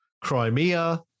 Crimea